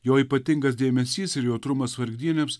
jo ypatingas dėmesys ir jautrumas vargdieniams